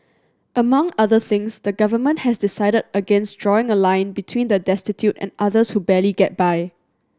among other things the government has decided against drawing a line between the destitute and others who barely get by